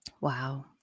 Wow